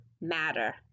matter